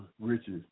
riches